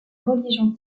religion